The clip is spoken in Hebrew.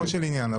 לגופו של עניין.